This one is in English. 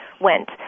went